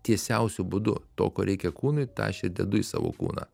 tiesiausiu būdu to ko reikia kūnui tą aš ir dedu į savo kūną